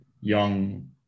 young